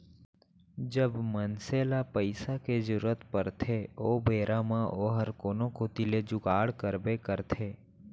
जब मनसे ल पइसा के जरूरत परथे ओ बेरा म ओहर कोनो कोती ले जुगाड़ करबे करथे